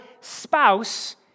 spouse